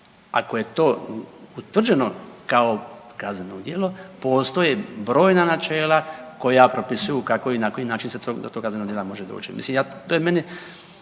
ako je to utvrđeno kao kazneno djelo postoje brojna načela koja propisuju kako i na koji način se do tog kaznenog djela može doći.